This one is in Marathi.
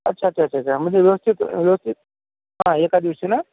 अच्छा अच्छा अच्छा अच्छा म्हणजे व्यवस्थित व्यवस्थित हा एका दिवशी ना